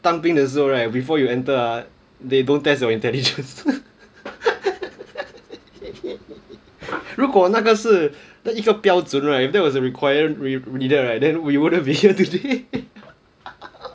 当兵的时候 right before you enter ah they don't test your intelligence 如果那个是一个标准 right that was a requirement needed right then we wouldn't be here today